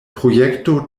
projekto